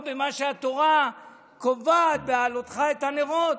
במה שהתורה קובעת "בהעלתך את הנרות",